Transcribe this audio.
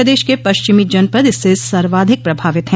प्रदेश के पश्चिमी जनपद इससे सर्वाधिक प्रभावित है